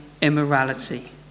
immorality